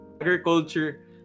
Agriculture